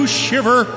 shiver